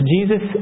Jesus